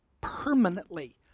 permanently